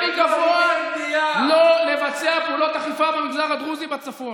יש הנחיה מגבוה לא לבצע פעולות אכיפה במגזר הדרוזי בצפון,